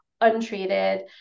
untreated